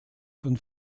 von